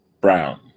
Brown